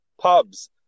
pubs